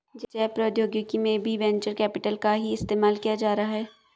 जैव प्रौद्योगिकी में भी वेंचर कैपिटल का ही इस्तेमाल किया जा रहा है